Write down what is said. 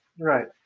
Right